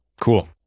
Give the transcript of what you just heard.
Cool